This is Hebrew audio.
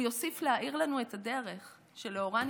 הוא יוסיף להאיר לנו את הדרך שלאורה נצעד,